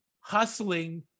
hustling